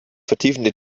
vertiefende